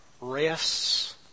rests